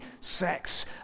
sex